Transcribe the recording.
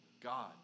God